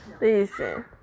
Listen